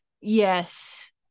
Yes